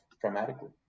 dramatically